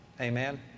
Amen